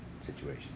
situation